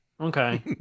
okay